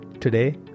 Today